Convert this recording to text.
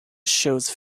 shows